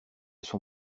son